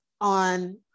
on